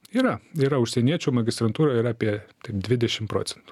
yra yra užsieniečių magistrantūroj yra apie dvidešim procentų